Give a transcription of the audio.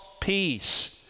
peace